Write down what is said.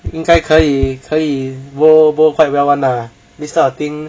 应该可以可以 go quite well [one] lah this type of thing